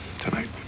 tonight